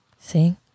See